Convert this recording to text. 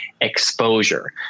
exposure